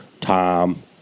Tom